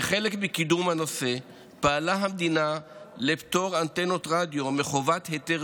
כחלק מקידום הנושא פעלה המדינה לפטור אנטנות רדיו מחובת היתר